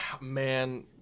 Man